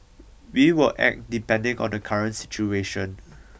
we will act depending on the current situation